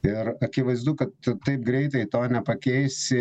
ir akivaizdu kad taip greitai to nepakeisi